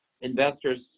investors